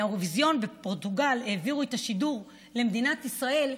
אבל כשמהאירוויזיון בפורטוגל העבירו את השידור למדינת ישראל,